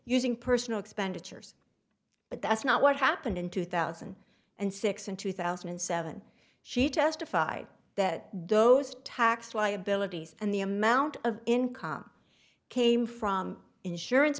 using personal expenditures but that's not what happened in two thousand and six in two thousand and seven she testified that those tax liabilities and the amount of income came from insurance